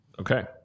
Okay